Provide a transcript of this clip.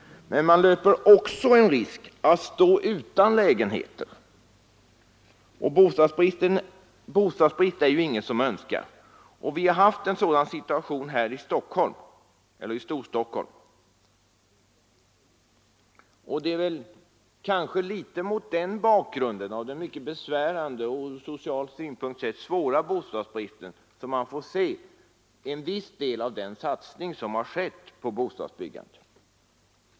Men man löper också en risk att stå utan lägenheter, och bostadsbrist är det ju ingen som önskar. Vi har haft en sådan situation här i Storstockholm. Det är väl också mot den besvärande och från social synpunkt sett svåra bostadsbristen man får se den satsning som har gjorts på bostadsbyggandets område.